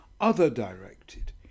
other-directed